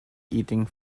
eating